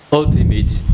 ultimate